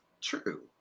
true